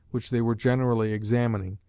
which they were generally examining,